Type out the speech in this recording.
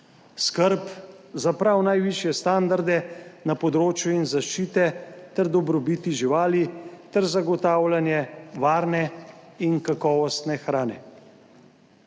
skrb za prav najvišje standarde na področju in zaščite ter dobrobiti živali ter zagotavljanje varne in kakovostne hrane.